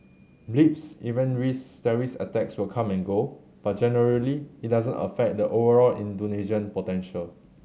blips event risk terrorist attacks will come and go but generally it doesn't affect the overall Indonesian potential